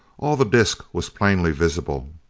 all the disc was plainly visible.